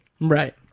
Right